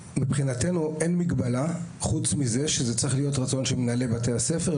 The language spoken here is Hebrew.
מבחינתנו אין מגבלה חוץ מזה שזה צריך להיות רצון של מנהלי בתי הספר.